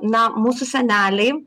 na mūsų seneliai